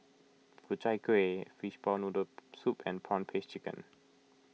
Ku Chai Kueh Fishball Noodle Soup and Prawn Paste Chicken